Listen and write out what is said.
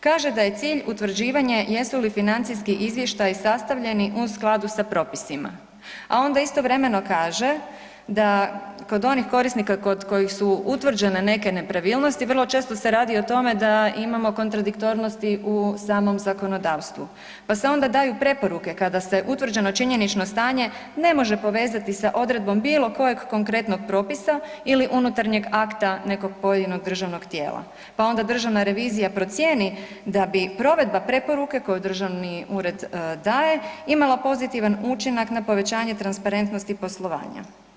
Kaže da je cilj utvrđivanje jesu li financijski izvještaji sastavljeni u skladu sa propisima, a onda istovremeno kaže da kod onih korisnika kod kojih su utvrđene neke nepravilnosti vrlo često se radi o tome da imamo kontradiktornosti u samom zakonodavstvu, pa se onda daju preporuke kada se utvrđeno činjenično stanje ne može povezati sa odredbom bilo kojeg konkretnog propisa ili unutarnjeg akta nekog pojedinog državnog tijela, pa onda državna revizija procijeni da bi provedba preporuke koju državni ured daje imala pozitivan učinak na povećanje transparentnosti poslovanja.